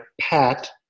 pat